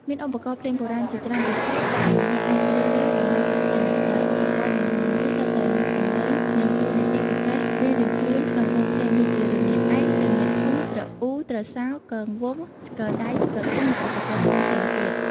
មានឧបករណ៍ភ្លេងបុរាណជាច្រើនប្រភេទដែលអ្នកអាចជ្រើសរើសដើម្បីសិក្សា ដោយឧបករណ៍នីមួយៗសុទ្ធតែមានសំឡេង និងតួនាទីពិសេសរៀងៗខ្លួនក្នុងវង់ភ្លេងដូចជា រនាតឯក រនាតធុង ទ្រអ៊ូ ទ្រសោ គងវង់ ស្គរដៃ ស្គរធំ និងឧបករណ៍ផ្សេងៗទៀត។